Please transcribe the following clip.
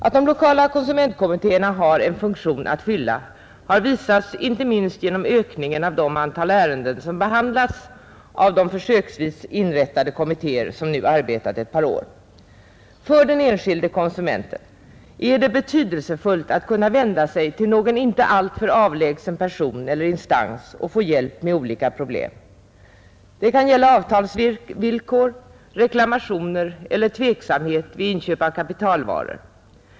Att de lokala konsumentkommittéerna har en funktion att fylla har visats inte minst genom ökningen av det antal ärenden som behandlats av de försöksvis inrättade kommittéer som nu arbetat ett par år. För den enskilde konsumenten är det betydelsefullt att kunna vända sig till någon inte alltför avlägsen person eller instans och få hjälp med olika problem. Det kan gälla avtalsvillkor, reklamationer eller tveksamhet vid inköp av kapitalvaror.